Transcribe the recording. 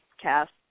cast